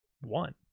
One